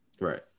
Right